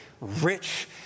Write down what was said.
rich